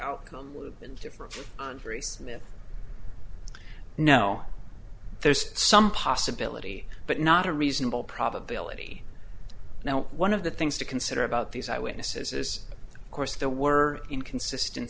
outcome would have been to for andris myth no there's some possibility but not a reasonable probability now one of the things to consider about these eye witnesses is of course there were inconsisten